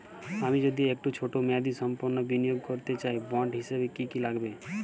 আমি যদি একটু ছোট মেয়াদসম্পন্ন বিনিয়োগ করতে চাই বন্ড হিসেবে কী কী লাগবে?